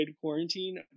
quarantine